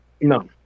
no